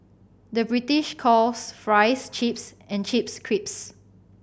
the British calls fries chips and chips crips